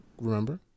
Remember